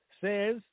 says